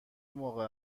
موقع